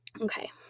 okay